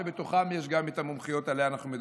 שבהם יש גם את המומחיות שעליה אנחנו מדברים.